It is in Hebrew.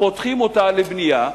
שפותחים אותה לבנייה,